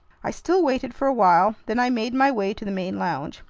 i still waited for a while, then i made my way to the main lounge.